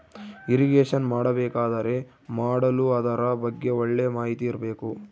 irrigation ಮಾಡಬೇಕಾದರೆ ಮಾಡಲು ಅದರ ಬಗ್ಗೆ ಒಳ್ಳೆ ಮಾಹಿತಿ ಇರ್ಬೇಕು